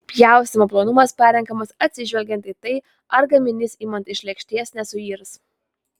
pjaustymo plonumas parenkamas atsižvelgiant į tai ar gaminys imant iš lėkštės nesuirs